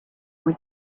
more